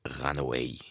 Runaway